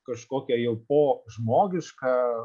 kažkokią jau po žmogišką